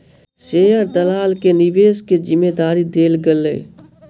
share दलाल के निवेश के जिम्मेदारी देल गेलै